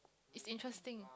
it's interesting